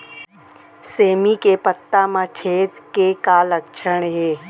सेमी के पत्ता म छेद के का लक्षण हे?